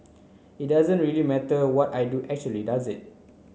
it doesn't really matter what I do actually does it